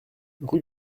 rue